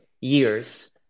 years